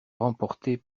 remportée